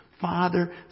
Father